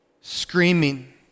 Screaming